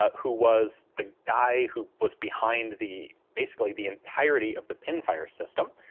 ah who was the guy who was behind the basically the entirety of the pin fire system,